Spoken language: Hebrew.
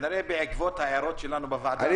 כנראה בעקבות ההערות שלנו בוועדה החלטתם לעשות רק על חולים.